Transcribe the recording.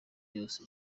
byose